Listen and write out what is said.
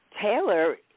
Taylor